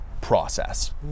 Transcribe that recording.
process